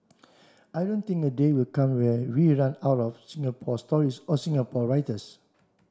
I don't think a day will come where we run out of Singapore stories or Singapore writers